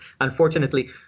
unfortunately